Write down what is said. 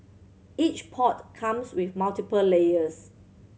each pot comes with multiple layers